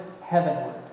heavenward